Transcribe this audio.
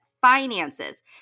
finances